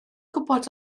gwybod